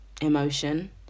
emotion